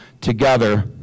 together